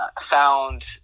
found